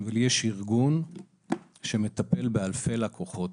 ויש ארגון שמטפל באלפי לקוחות.